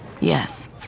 Yes